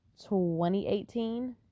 2018